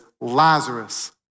Lazarus